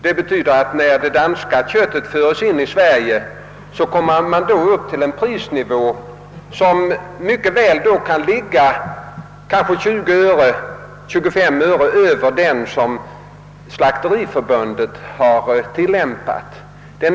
Det betyder att när det danska köttet importeras till Sverige kommer man upp till en prisnivå som kan ligga 20 till 25 öre över den som Slakteriförbundet tillämpat.